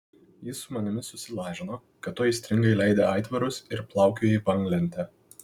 jis su manimi susilažino kad tu aistringai leidi aitvarus ir plaukioji banglente